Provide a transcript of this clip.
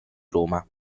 roma